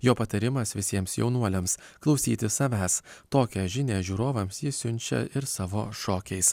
jo patarimas visiems jaunuoliams klausyti savęs tokią žinią žiūrovams jis siunčia ir savo šokiais